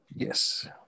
Yes